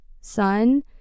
son